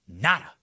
Nada